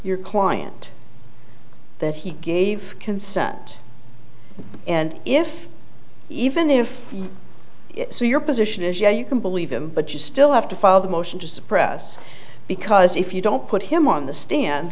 your client that he gave consent and if even if so your position is yeah you can believe him but you still have to file the motion to suppress because if you don't put him on the stand